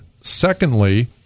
Secondly